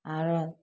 आरो